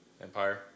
Empire